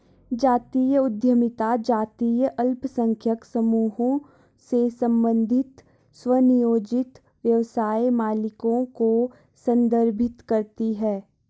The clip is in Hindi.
जातीय उद्यमिता जातीय अल्पसंख्यक समूहों से संबंधित स्वनियोजित व्यवसाय मालिकों को संदर्भित करती है